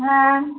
হ্যাঁ